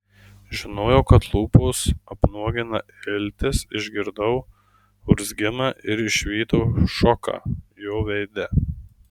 žinojau kad lūpos apnuogina iltis išgirdau urzgimą ir išvydau šoką jo veide